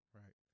right